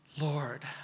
Lord